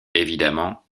évidemment